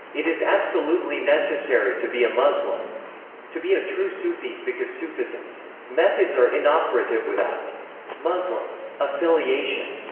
it is absolutely necessary to be a muslim to be a true sufi, because sufism's methods are inoperative without muslim affiliation.